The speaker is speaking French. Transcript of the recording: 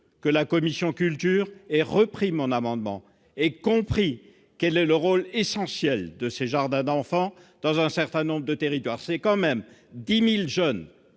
que la commission de la culture ait adopté mon amendement, car elle a compris quel est le rôle essentiel de ces jardins d'enfants dans un certain nombre de territoires. Vous avez quand même là 10 000 jeunes